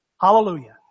Hallelujah